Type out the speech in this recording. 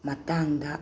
ꯃꯇꯥꯡꯗ